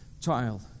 child